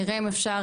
נראה אם אפשר.